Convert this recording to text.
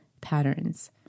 patterns